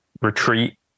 retreat